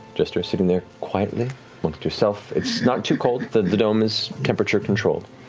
jester is sitting there quietly amongst herself. it's not too cold the dome is temperature controlled.